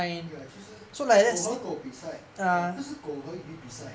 ya 就是狗和狗比赛不是狗和鱼比赛